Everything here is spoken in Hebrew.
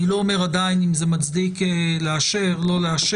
אני לא אומר עדיין אם זה מצדיק לאשר או לא לאשר,